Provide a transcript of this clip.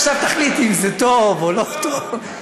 עכשיו, תחליטי אם זה טוב או לא טוב.